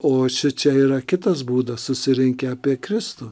o šičia yra kitas būdas susirinkę apie kristų